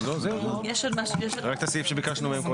זה המשרד להגנת הסביבה,